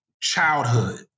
childhood